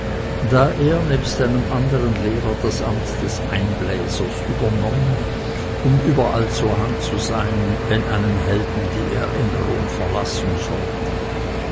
da er nebst einem andern lehrer das amt eines einbläsers übernommen um überall zur hand zu sein wenn einen helden die erinnerung verlassen sollte